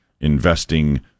investing